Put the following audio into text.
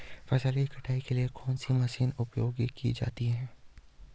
फसल की कटाई के लिए कौन सी मशीन उपयोग की जाती है?